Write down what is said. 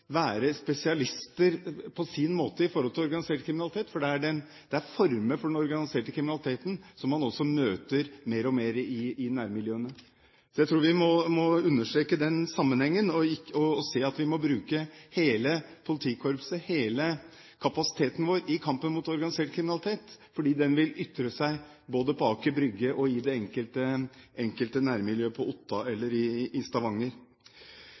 man møter mer og mer i nærmiljøet. Jeg tror derfor vi må understreke den sammenhengen, slik at vi må bruke hele politikorpset, hele kapasiteten vår i kampen mot organisert kriminalitet, fordi den vil ytre seg både på Aker Brygge og i nærmiljøet – på Otta eller i Stavanger.